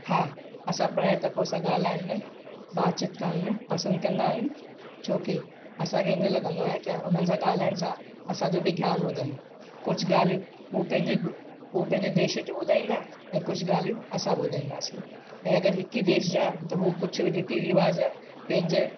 हा असां पर्यटको सां ॻाल्हाइण में बातचीत करण में पसंदि कंदा आहियूं छोकी असांखे ईअं लॻंदो आहे की उन्हनि सां ॻाल्हाइण सां असांजो बि ज्ञान वधनि कुझु ॻाल्हियूं हू पंहिंजे हू पंहिंजे देश जो ॿुधाईंदा ऐं कुझु ॻाल्हियूं असां ॿुधाईंदासीं ऐं अगरि हिकु ई देश जा त हू कुझु रीती रवाज़ु पंहिंजे